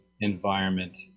environment